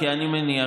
כי אני מניח,